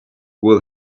will